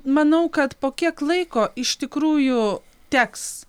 manau kad po kiek laiko iš tikrųjų teks